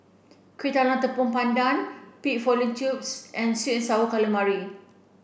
Kuih Talam Tepong Pandan pig fallopian tubes and sweet and sour calamari